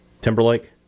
timberlake